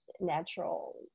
natural